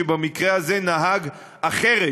שבמקרה הזה נהג אחרת